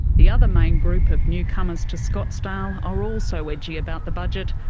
the other main group of newcomers to scottsdale are also edgy about the budget,